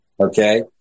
Okay